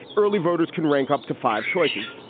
early voters can rank up to five choices.